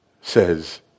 says